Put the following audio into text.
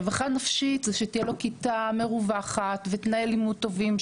רווחה נפשית זה שתהיה לו כיתה מרווחת ותנאי לימוד טובים.